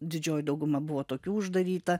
didžioji dauguma buvo tokių uždaryta